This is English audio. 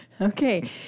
Okay